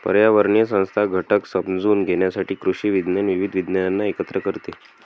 पर्यावरणीय संस्था घटक समजून घेण्यासाठी कृषी विज्ञान विविध विज्ञानांना एकत्र करते